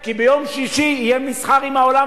כי ביום שישי יהיה מסחר עם העולם,